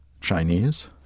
Chinese